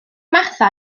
martha